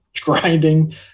grinding